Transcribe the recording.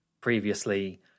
previously